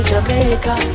Jamaica